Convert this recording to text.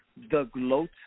thegloat